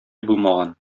булмаган